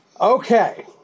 Okay